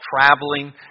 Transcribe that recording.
traveling